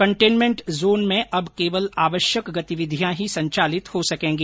containment zone में अब केवल आवश्यक गतिविधियां ही संचालित हो सकेंगी